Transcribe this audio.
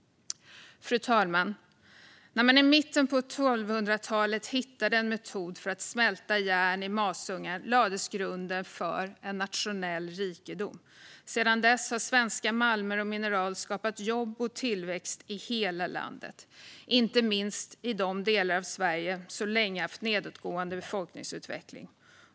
Fru talman! När man i mitten av 1200-talet hittade en metod för att smälta järn i masugnar lades grunden för en nationell rikedom. Sedan dess har svenska malmer och mineral skapat jobb och tillväxt i hela landet, inte minst i de delar av Sverige som länge haft en nedåtgående befolkningsutveckling.